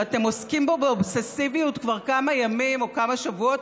שאתם עוסקים בו באובססיביות כבר כמה ימים או כמה שבועות,